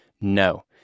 No